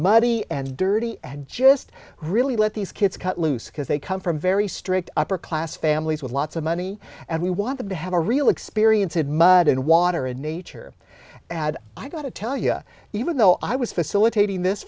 muddy and dirty and just really let these kids cut loose because they come from very strict upper class families with lots of money and we want them to have a real experience of mud and water and nature ad i got to tell you even though i was facilitating this